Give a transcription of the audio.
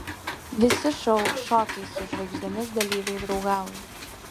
visi šou šokiai su žvaigždėmis dalyviai draugauja